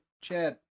Chad